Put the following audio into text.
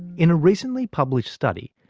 in a recently published study,